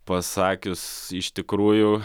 pasakius iš tikrųjų